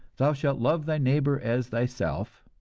thou shalt love thy neighbor as thyself,